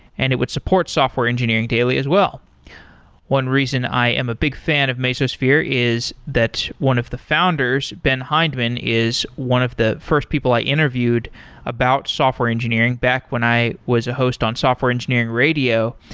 and it would support software engineering daily as well one reason i am a big fan of mesosphere is that one of the founders, ben hindman is one of the first people i interviewed about software engineering back when i was a host on software engineering radio.